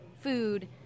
food